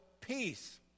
peace